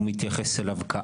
הוא מתייחס אליו כאח המפקד.